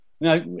Now